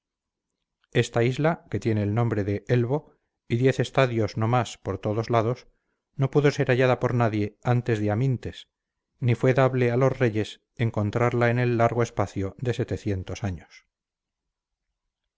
esta isla que tiene el nombre de elbo y diez estadios no más por todos lados no pudo ser hallada por nadie antes de amintes ni fue dable a los reyes encontrarla en el largo espacio de años